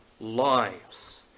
lives